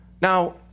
Now